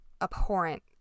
abhorrent